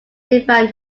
define